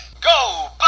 Go